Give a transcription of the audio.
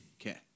Okay